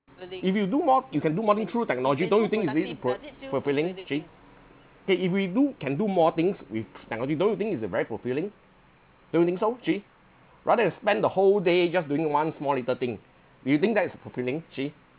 if you do more you can do more thing through technology don't you think it's very ful~ fulfilling jay K if we do can do more things with technology don't you think it's a very fulfilling don't you think so jay rather than spend the whole day just doing one small little thing you think that is a fulfilling jay